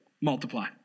multiply